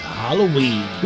Halloween